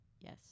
yes